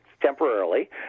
temporarily